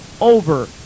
over